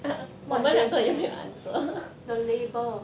what label the label